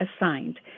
assigned